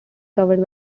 covered